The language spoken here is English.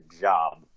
job